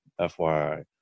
FYI